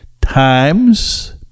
times